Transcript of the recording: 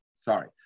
Sorry